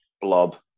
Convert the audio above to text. blob